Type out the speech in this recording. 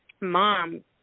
mom